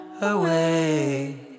away